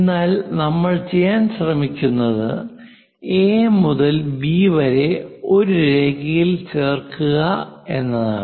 എന്നാൽ നമ്മൾ ചെയ്യാൻ ശ്രമിക്കുന്നത് എ മുതൽ ബി വരെ ഒരു രേഖയിൽ ചേർക്കുക എന്നതാണ്